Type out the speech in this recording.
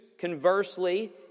...conversely